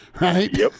Right